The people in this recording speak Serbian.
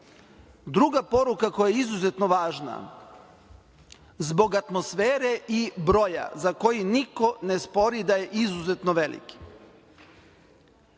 poruka koja je izuzetno važna zbog atmosfere i broja, za koji niko ne spori da je izuzetno veliki.